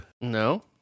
No